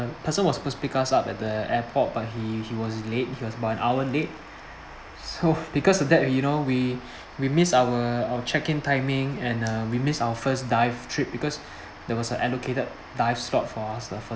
person was suppose to pick us up at the airport but he he was late he was by an hour late so because of that you know we we miss our our check in timing and uh we miss our first dive trip because there was an allocated dive slot for us for the